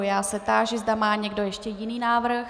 Já se táži, zda má někdo ještě jiný návrh.